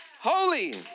holy